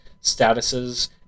statuses